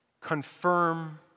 Confirm